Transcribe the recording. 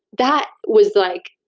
that was the. like